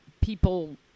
people